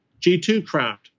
G2craft